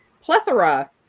plethora